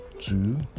two